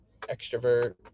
extrovert